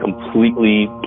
completely